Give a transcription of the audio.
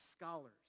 scholars